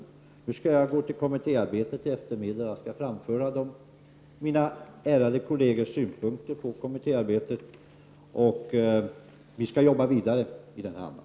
I eftermiddag skall jag gå till kommittéarbetet och då skall jag framföra mina ärade kollegers synpunkter på kommittéarbetet. Vi skall arbeta vidare i den här andan.